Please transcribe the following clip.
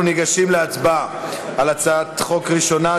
אנחנו ניגשים להצבעה על הצעת החוק הראשונה,